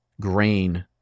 grain